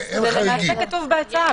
כה כתוב בהצעה.